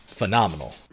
phenomenal